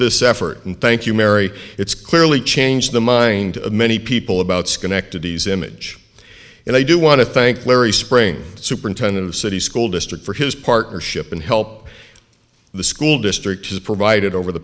this effort and thank you mary it's clearly changed the mind of many people about schenectady as image and i do want to thank larry spring superintendent of city school district for his partnership and help the school district has provided over the